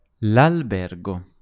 L'albergo